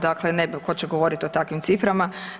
Dakle ne tko će govoriti o takvim ciframa.